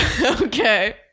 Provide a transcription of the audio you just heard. Okay